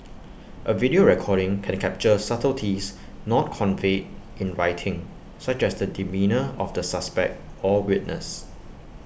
A video recording can capture A subtleties not conveyed in writing such as the demeanour of the suspect or witness